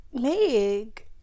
Meg